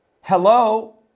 hello